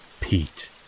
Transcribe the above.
Pete